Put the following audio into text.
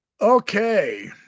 Okay